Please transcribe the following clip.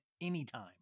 anytime